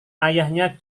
ayahnya